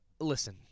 Listen